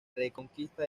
reconquista